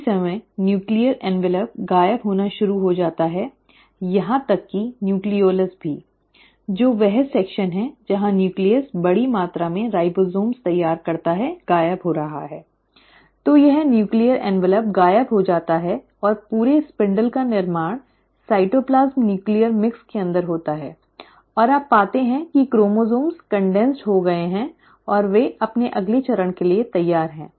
इसी समय nuclear envelope गायब होना शुरू हो जाता है यहां तक कि न्यूक्लिओलस भी जो वह सेक्शन है जहां न्यूक्लियस बड़ी मात्रा में राइबोसोम तैयार करता है गायब हो रहा है तो यह नूक्लीअर ऍन्वलप् गायब हो जाता है और पूरे स्पिंडल का निर्माण साइटोप्लाज्म नूक्लीअर मिक्स के अंदर होता है और आप पाते हैं कि क्रोमोसोम्स संघनित हो गए हैं और वे अब अगले चरण के लिए तैयार हैं